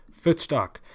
Footstock